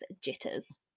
jitters